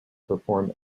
perform